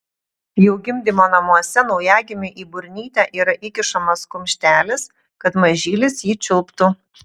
jau gimdymo namuose naujagimiui į burnytę yra įkišamas kumštelis kad mažylis jį čiulptų